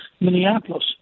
Minneapolis